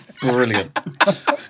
brilliant